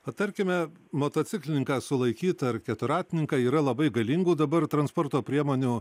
o tarkime motociklininką sulaikyt ar keturratininką yra labai galingų dabar transporto priemonių